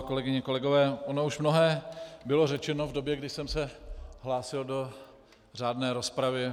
Kolegyně, kolegové, ono už mnohé bylo řečeno v době, kdy jsem se hlásil do řádné rozpravy.